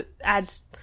adds